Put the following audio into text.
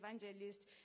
evangelist